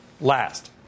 last